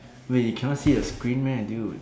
wait you cannot see the screen meh dude